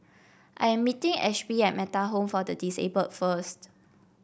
I am meeting Ashby at Metta Home for the Disabled first